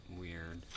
weird